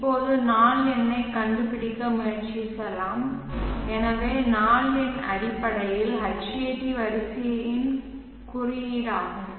இப்போது நாள் எண்ணைக் கண்டுபிடிக்க முயற்சி செய்யலாம் எனவே நாள் எண் அடிப்படையில் Hat வரிசையின் குறியீடாகும்